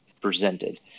presented